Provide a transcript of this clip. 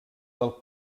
del